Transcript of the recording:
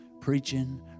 preaching